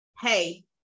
Hey